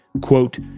Quote